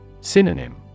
Synonym